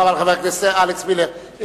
תודה רבה לחבר הכנסת אלכס מילר.